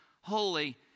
holy